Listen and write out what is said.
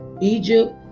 Egypt